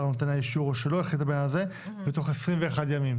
נותן האישור או שלא החליטה בעניין הזה בתוך 21 ימים".